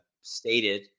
stated